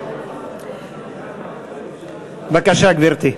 בבקשה, גברתי.